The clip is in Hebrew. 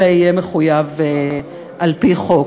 אלא יהיה מחויב על-פי חוק.